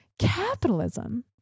Capitalism